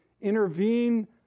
Intervene